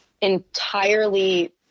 entirely